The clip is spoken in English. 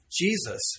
Jesus